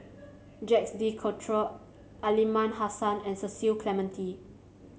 Jacques De Coutre Aliman Hassan and Cecil Clementi